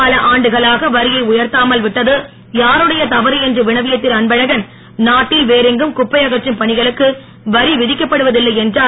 பல ஆண்டுகளாக வரியை உயர்த்தாமல் விட்டது யாருடைய தவறு என்று வினவிய திருஅன்பழகன் நாட்டில் வேறெங்கும் குப்பை அகற்றும் பணிகளுக்கு வரி விதிக்கப்படுவதில்லை என்றுர்